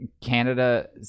Canada